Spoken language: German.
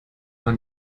war